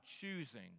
choosing